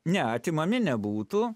ne atimami nebūtų